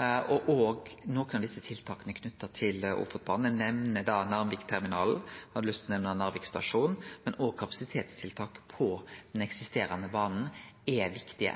og når det gjeld nokre av tiltaka knytte til Ofotbanen. Eg nemner Narvikterminalen og Narvik stasjon, men òg kapasitetstiltak på den eksisterande banen er viktige.